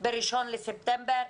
ב-1 בספטמבר?